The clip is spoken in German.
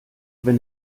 wenn